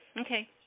Okay